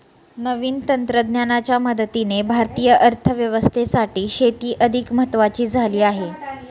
नवीन तंत्रज्ञानाच्या मदतीने भारतीय अर्थव्यवस्थेसाठी शेती अधिक महत्वाची झाली आहे